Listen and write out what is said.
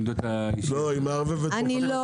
אבל זה לא רלוונטי, אני לא